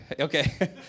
Okay